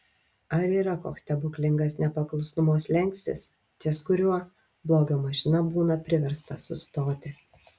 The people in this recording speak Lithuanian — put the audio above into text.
ar yra koks stebuklingas nepaklusnumo slenkstis ties kuriuo blogio mašina būna priversta sustoti